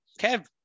Kev